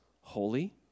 holy